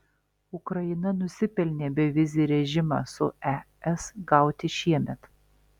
ukraina nusipelnė bevizį režimą su es gauti šiemet